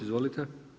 Izvolite.